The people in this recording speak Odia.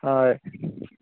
ହୁଏ